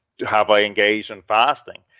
have i engaged in fasting?